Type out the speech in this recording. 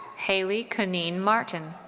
halwy conneen martin.